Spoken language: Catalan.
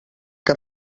que